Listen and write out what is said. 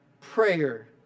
prayer